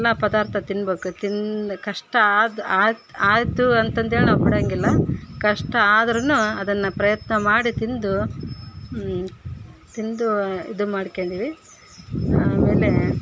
ಎಲ್ಲ ಪದಾರ್ಥ ತಿನ್ನಬೇಕು ತಿಂದು ಕಷ್ಟ ಆದ ಆದ ಆಯಿತು ಅಂತಂದೇಳಿ ನಾವು ಬಿಡೊಂಗಿಲ್ಲ ಕಷ್ಟ ಆದ್ರು ಅದನ್ನು ಪ್ರಯತ್ನ ಮಾಡಿ ತಿಂದು ತಿಂದು ಇದು ಮಾಡ್ಕೊಂಡಿವಿ ಆಮೇಲೆ